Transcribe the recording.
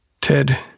Ted